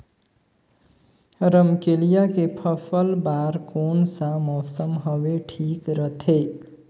रमकेलिया के फसल बार कोन सा मौसम हवे ठीक रथे?